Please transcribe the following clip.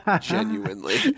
Genuinely